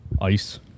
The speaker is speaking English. ice